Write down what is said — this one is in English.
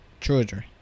Children